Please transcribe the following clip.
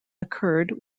occurred